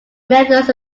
methods